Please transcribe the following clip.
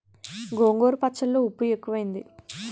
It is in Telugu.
గోంగూర పచ్చళ్ళో ఉప్పు ఎక్కువైంది